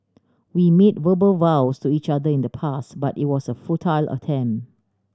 we made verbal vows to each other in the past but it was a futile attempt